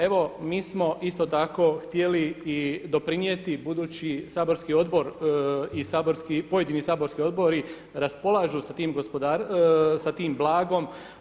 Evo mi smo isto tako htjeli i doprinijeti budući saborski odbor i pojedini saborski odbori raspolažu sa tim blagom.